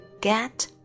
get